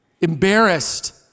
embarrassed